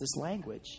language